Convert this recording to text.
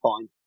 fine